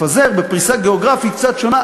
לפזר בפריסה גיאוגרפית קצת שונה,